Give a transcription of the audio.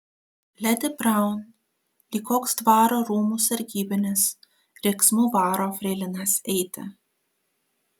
ledi braun lyg koks dvaro rūmų sargybinis riksmu varo freilinas eiti